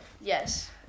Yes